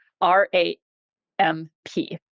R-A-M-P